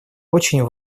очень